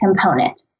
component